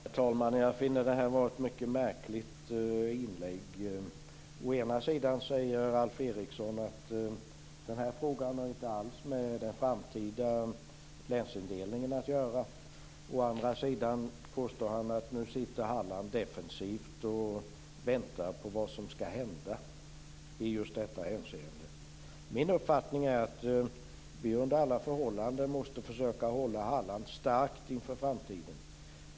Herr talman! Jag finner det här vara ett mycket märkligt inlägg. Å ena sidan säger Alf Eriksson att frågan inte alls har med den framtida länsindelningen att göra. Å andra sidan påstår han att Halland nu sitter defensivt och väntar på vad som skall hända i just detta hänseende. Min uppfattning är att vi under alla förhållanden måste försöka hålla Halland starkt inför framtiden.